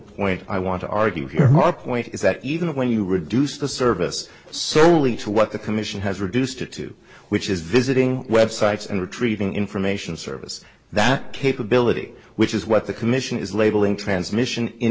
point i want to argue here more point is that even when you reduce the service solely to what the commission has reduced it to which is visiting websites and retrieving information service that capability which is what the commission is labeling transmission in